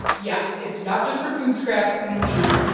yeah, it's not just for food scraps and leaves.